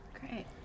Great